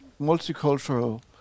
multicultural